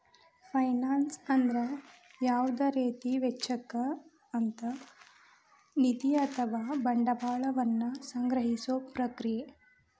finance ಅಂದ್ರ ಯಾವುದ ರೇತಿ ವೆಚ್ಚಕ್ಕ ಅಂತ್ ನಿಧಿ ಅಥವಾ ಬಂಡವಾಳ ವನ್ನ ಸಂಗ್ರಹಿಸೊ ಪ್ರಕ್ರಿಯೆ